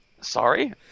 Sorry